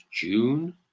June